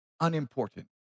unimportant